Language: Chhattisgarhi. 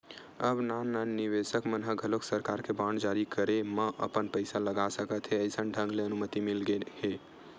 अब नान नान निवेसक मन ह घलोक सरकार के बांड जारी करे म अपन पइसा लगा सकत हे अइसन ढंग ले अनुमति मिलगे हे